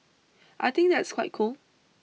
I think that's quite cool